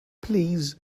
please